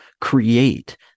create